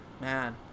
man